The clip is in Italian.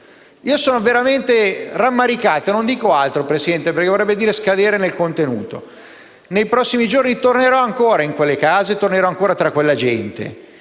Sono veramente rammaricato e non dico altro perché vorrebbe dire scadere nel contenuto. Nei prossimi giorni tornerò ancora in quelle case e tra quella gente